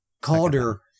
calder